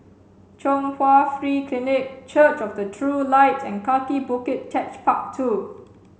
Chung Hwa Free Clinic Church of the True Light and Kaki Bukit Techpark Two